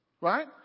Right